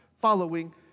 following